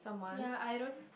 ya I don't